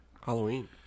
Halloween